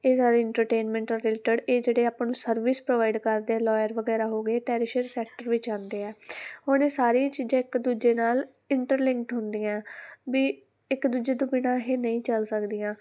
ਇਹ ਸਾਰੇ entertainment related ਇਹ ਜਿਹੜੇ ਆਪਾਂ ਨੂੰ ਸਰਵਿਸ ਪ੍ਰੋਵਾਈਡ ਕਰਦੇ ਲੋਇਰ ਵਗੈਰਾ ਹੋ ਗਏ ਟੈਰੀਸ਼ਰ ਸੈਕਟਰ ਵਿੱਚ ਆਉਂਦੇ ਆ ਹੁਣ ਇਹ ਸਾਰੀਆਂ ਚੀਜ਼ਾਂ ਇੱਕ ਦੂਜੇ ਨਾਲ ਇੰਟਰਲਿੰਕਡ ਹੁੰਦੀਆਂ ਵੀ ਇੱਕ ਦੂਜੇ ਤੋਂ ਬਿਨਾ ਇਹ ਨਹੀਂ ਚੱਲ ਸਕਦੀਆਂ